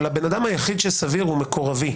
אבל הבן אדם היחיד שסביר הוא מקורבי?